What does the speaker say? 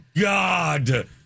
God